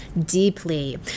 deeply